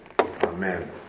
amen